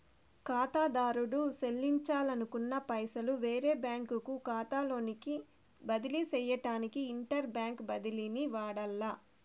కాతాదారుడు సెల్లించాలనుకున్న పైసలు వేరే బ్యాంకు కాతాలోకి బదిలీ సేయడానికి ఇంటర్ బ్యాంకు బదిలీని వాడాల్ల